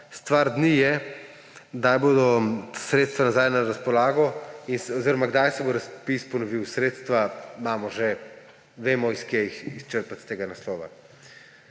stvar dni je, kdaj bodo sredstva nazaj na razpolago oziroma kdaj se bo razpis ponovil. Sredstva imamo že, vemo, iz kje jih črpati, s tega naslova.